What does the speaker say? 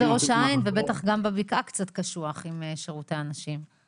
בראש העין ובטח גם בבקעה קצת קשוח עם שירותי הנשים.